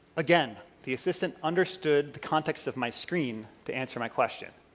again, the assistant understood the context of my screen to answer my question.